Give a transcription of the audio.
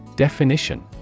Definition